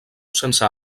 sense